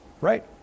Right